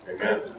Amen